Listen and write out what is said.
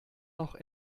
noch